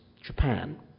Japan